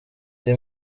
the